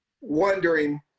wondering